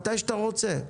מתי שאתה רוצה,